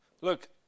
Look